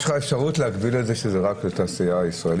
יש לך אפשרות להגביל את זה רק לתעשייה הישראלית?